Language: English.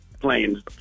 planes